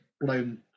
blown